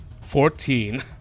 Fourteen